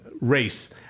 race